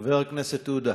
חבר הכנסת עודה,